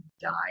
die